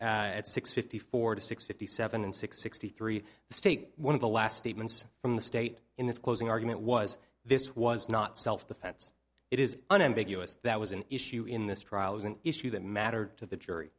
six fifty four to six fifty seven and six sixty three the state one of the last statements from the state in this closing argument was this was not self defense it is unambiguous that was an issue in this trial was an issue that mattered to the jury